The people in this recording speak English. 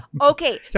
Okay